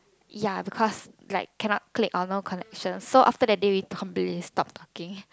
ya because like cannot click or no connection so after that day we completely stop talking